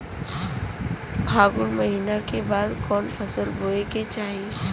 फागुन महीना के बाद कवन फसल बोए के चाही?